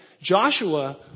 Joshua